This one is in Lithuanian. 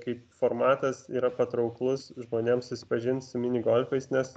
kaip formatas yra patrauklus žmonėms susipažint su mini golfais nes